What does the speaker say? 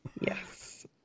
Yes